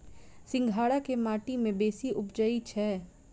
सिंघाड़ा केँ माटि मे बेसी उबजई छै?